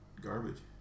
garbage